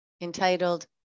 entitled